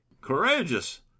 Courageous